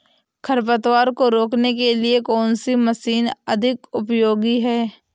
खरपतवार को रोकने के लिए कौन सी मशीन अधिक उपयोगी है?